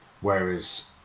Whereas